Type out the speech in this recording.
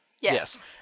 Yes